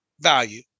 value